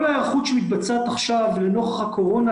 כל ההיערכות שמתבצעת עכשיו לנוכח הקורונה,